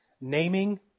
naming